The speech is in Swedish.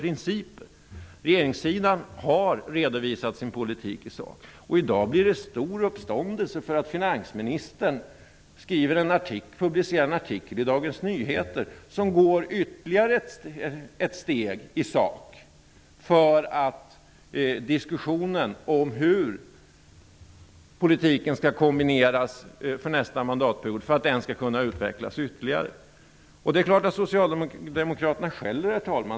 Regeringssidan har i sak redovisat sin politik. I dag blir det stor uppståndelse för att finansministern publicerar en artikel i Dagens Nyheter som går ytterligare ett steg i sak för att diskussionen om hur politiken skall kombineras för nästa mandatperiod skall kunna utvecklas än mer. Det är klart att socialdemokraterna skäller.